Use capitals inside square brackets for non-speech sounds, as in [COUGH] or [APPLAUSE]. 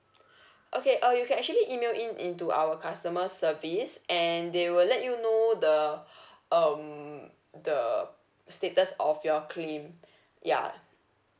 okay uh you can actually email in into our customer service and they will let you know the [BREATH] um the status of your claim ya